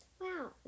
Wow